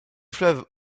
fleuve